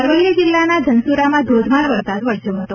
અરવલ્લી જિલ્લાના ધનસૂરામાં ધોધમાર વરસાદ વરસ્યો હતો